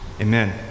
Amen